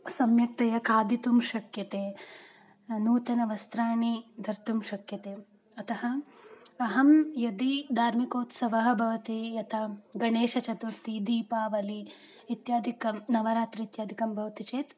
सम्यक्तया खादितुं शक्यते नूतनवस्त्राणि धर्तुं शक्यन्ते अतः अहं यदि धार्मिकोत्सवः भवति यथा गणेशचतुर्थी दीपावलिः इत्यादिकं नवरात्रम् इत्यादिकं भवति चेत्